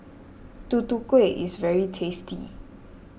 Tutu Kueh is very tasty